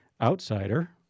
outsider